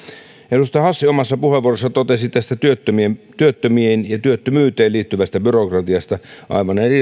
edustaja hassi omassa puheenvuorossaan totesi työttömien työttömien ja työttömyyteen liittyvästä byrokratiasta aivan